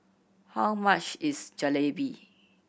how much is Jalebi